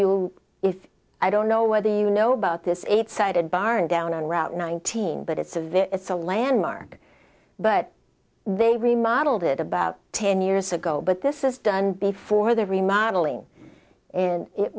you if i don't know whether you know about this is eight sided barn down on route nineteen but it's a very it's a landmark but they remodeled it about ten years ago but this is done before they're remodelling in it